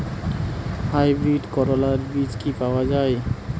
Hybrid করলার বীজ কি পাওয়া যায়?